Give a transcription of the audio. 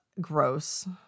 gross